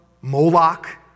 Moloch